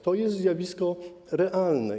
To jest zjawisko realne.